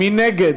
מי נגד?